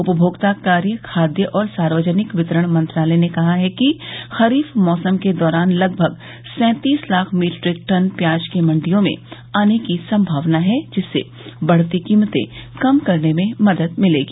उपभोक्ता कार्य खाद्य और सार्वजनिक वितरण मंत्रालय ने कहा है कि खरीफ मौसम के दौरान लगभग सैंतीस लाख मीट्रिक टन प्याज के मंडियों में आने की संमावना है जिससे बढ़ती कीमतें कम करने में मदद मिलेगी